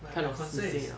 my concern is